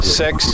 six